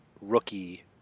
rookie